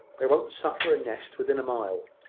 they won't suffer a nest within a mile.